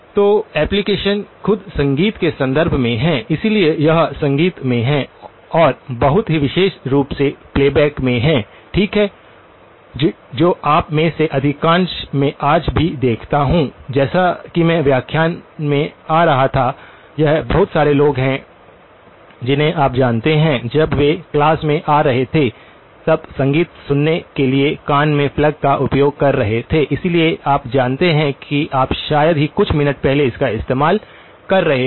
तो एप्लीकेशन खुद संगीत के संदर्भ में है इसलिए यह संगीत में है और बहुत ही विशेष रूप से प्लेबैक में है ठीक है जो आप में से अधिकांश मैं आज भी देखता हूं जैसे कि मैं व्याख्यान में आ रहा था यह बहुत सारे लोग हैं जिन्हें आप जानते हैं जब वे क्लास में आ रहे थे तब संगीत सुनने की लिया कान में प्लग का उपयोग कर रहे थे इसलिए आप जानते हैं कि आप शायद ही कुछ मिनट पहले इसका इस्तेमाल कर रहे थे